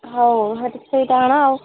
ହୋଉ ହେତି କିଟା ଆଣ